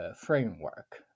Framework